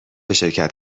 شرکت